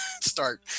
start